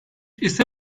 ise